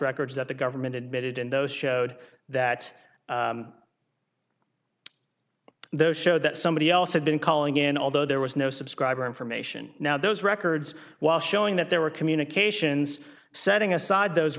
records that the government admitted in those showed that those showed that somebody else had been calling in although there was no subscriber information now those records while showing that there were communications setting aside those